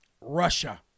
Russia